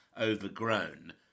overgrown